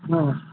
ہاں